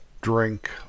drink